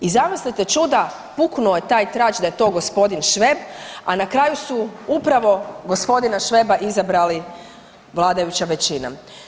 I zamislite čuda, puknuo je taj trač da je to g. Šveb, a na kraju su upravo g. Šveba izabrali vladajuća većina.